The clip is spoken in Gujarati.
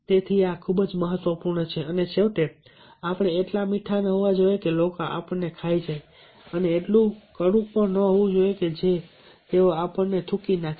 તેથી આ ખૂબ જ મહત્વપૂર્ણ છે અને છેવટે આપણે એટલા મીઠા ન હોવા જોઈએ કે લોકો આપણને ખાઈ જાય અને એટલું કડવું પણ ન હોવું જોઈએ કે તેઓ આપણને થૂંકી નાખે